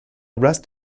rest